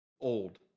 old